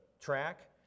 track